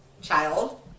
child